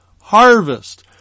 harvest